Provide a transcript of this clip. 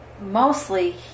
mostly